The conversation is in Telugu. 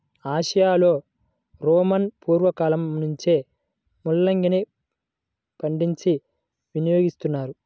ఆసియాలో రోమను పూర్వ కాలంలో నుంచే ముల్లంగిని పండించి వినియోగిస్తున్నారు